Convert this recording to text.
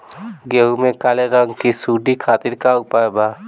गेहूँ में काले रंग की सूड़ी खातिर का उपाय बा?